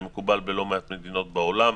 זה מקובל בלא מעט מדינות בעולם.